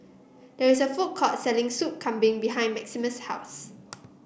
there is a food court selling Soup Kambing behind Maximus' house